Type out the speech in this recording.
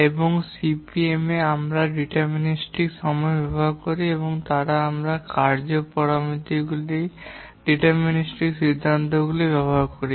এবং সিপিএম এ আমরা ডিটারমিনিস্টিক এর সময় ব্যবহার করি এবং তাই আমরা কার্য পরামিতিগুলি সম্পর্কে ডিটারমিনিটিক সিদ্ধান্তগুলি ব্যবহার করি